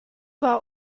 war